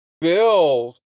Bill's